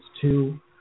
two